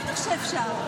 בטח שאפשר.